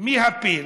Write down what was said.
מי הפיל